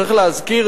צריך להזכיר,